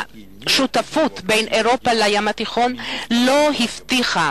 השותפות בין אירופה לים התיכון לא הבטיחה